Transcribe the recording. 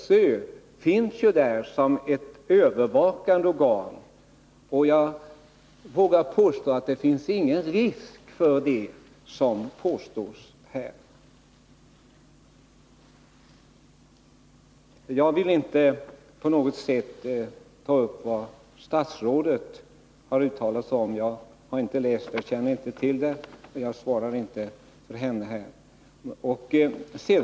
SÖ finns ju där som ett övervakande organ. Jag vågar påstå att det inte finns någon risk för de konsekvenser som här utmålats. Jag vill inte på något sätt svara för det uttalande av statsrådet som här har anförts. Jag känner inte till det, och jag svarar inte för henne.